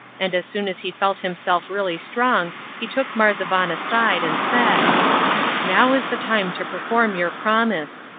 and as soon as he felt himself really strong he took marzavan aside and said now is the time to perform your promise.